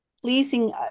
pleasing